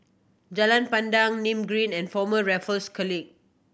Jalan Pandan Nim Green and Former Raffles College